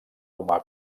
humà